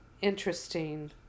interesting